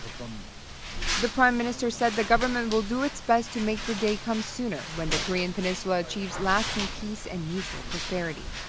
um the prime minister said the government will do its best to make the day come sooner when the korean peninsula achieves lasting peace and mutual prosperity.